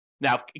Now